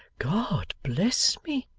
god bless me,